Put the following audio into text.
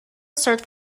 served